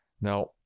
now